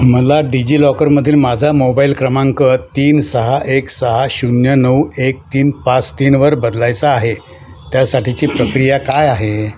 मला डिजिलॉकर मधील माझा मोबाइल क्रमांक तीन सहा एक सहा शून्य नऊ एक तीन पाच तीनवर बदलायचा आहे त्यासाठीची प्रक्रिया काय आहे